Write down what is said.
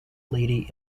lady